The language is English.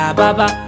baba